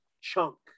chunk